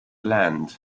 land